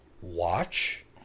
watch